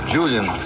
Julian